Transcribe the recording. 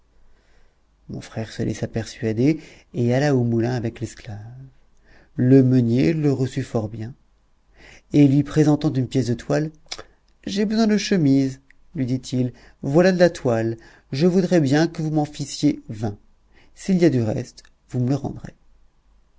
mon frère se laissa persuader et alla au moulin avec l'esclave le meunier le reçut fort bien et lui présentant une pièce de toile j'ai besoin de chemises lui ditil voilà de la toile je voudrais bien que vous m'en fissiez vingt s'il y a du reste vous me le rendrez